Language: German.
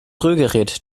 rührgerät